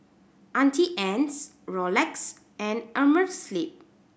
Auntie Anne's Rolex and Amerisleep